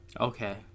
Okay